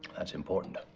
that's important.